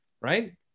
right